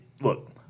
look